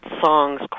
songs